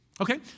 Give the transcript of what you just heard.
Okay